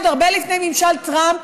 עוד הרבה לפני ממשל טראמפ,